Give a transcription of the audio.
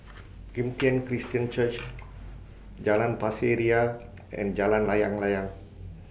Kim Tian Christian Church Jalan Pasir Ria and Jalan Layang Layang